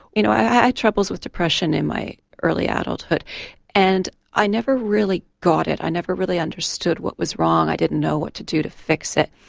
you know i had troubles with depression in my early adulthood and i never really got it, i never really understood what was wrong i didn't know what to do to fix it.